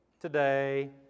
today